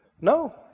No